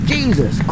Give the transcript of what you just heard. Jesus